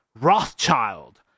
rothschild